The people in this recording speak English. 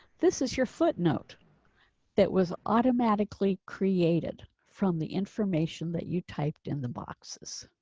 this is your footnote that was automatically created from the information that you typed in the boxes.